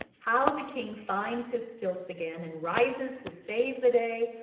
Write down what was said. how the king finds his stilts again and rises to save the day,